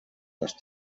les